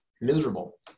miserable